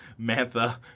Mantha